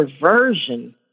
perversion